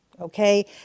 okay